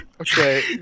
Okay